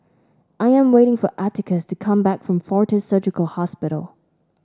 I am waiting for Atticus to come back from Fortis Surgical Hospital